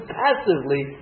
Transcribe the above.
passively